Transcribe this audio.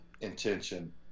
intention